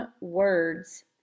words